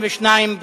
בעד, 22,